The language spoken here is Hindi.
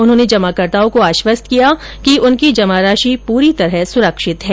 उन्होंने जमाकर्ताओं को आश्वस्त किया कि उनकी जमा राशि पूरी तरह सुरक्षित है